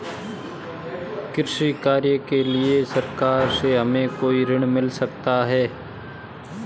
कृषि कार्य के लिए सरकार से हमें कोई ऋण मिल सकता है?